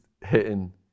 hitting